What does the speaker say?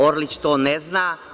Orlić to ne zna.